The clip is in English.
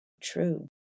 true